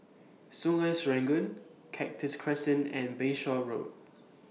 Sungei Serangoon Cactus Crescent and Bayshore Road